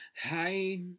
Hi